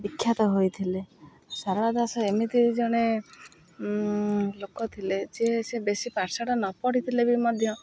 ବିଖ୍ୟାତ ହୋଇଥିଲେ ଶାରଳା ଦାସ ଏମିତି ଜଣେ ଲୋକ ଥିଲେ ଯେ ସେ ବେଶୀ ପାଠ ସାଠ ନ ପଢ଼ିଥିଲେ ବି ମଧ୍ୟ